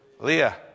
Leah